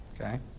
Okay